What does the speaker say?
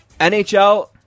NHL